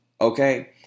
Okay